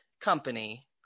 company